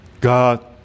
God